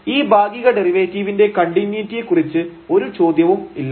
അതിനാൽ ഈ ഭാഗിക ഡെറിവേറ്റീവിന്റെ കണ്ടിന്യൂയിറ്റിയെക്കുറിച്ച് ഒരു ചോദ്യവും ഇല്ല